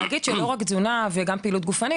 אני גם אגיד שזו בעיה שלא קשורה רק לתזונה או לפעילות גופנית.